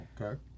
Okay